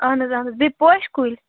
اَہَن حظ اَہَن حظ بیٚیہِ پوشہِ کُلۍ